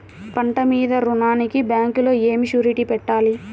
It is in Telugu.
పంట మీద రుణానికి బ్యాంకులో ఏమి షూరిటీ పెట్టాలి?